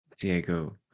Diego